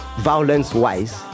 violence-wise